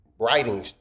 writing